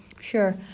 Sure